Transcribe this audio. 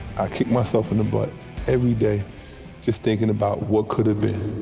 i kick myself in the butt everyday just thinking about what could have been.